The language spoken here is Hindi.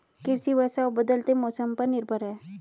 कृषि वर्षा और बदलते मौसम पर निर्भर है